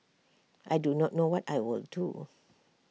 I do not know what I will do